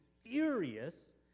furious